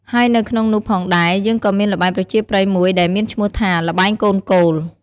ហើយនៅក្នុងនោះផងដែរ យើងក៏មានល្បែងប្រជាប្រិយមួយដែលមានឈ្មោះថា ល្បែងកូនគោល។